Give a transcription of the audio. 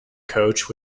coach